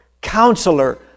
Counselor